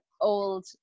old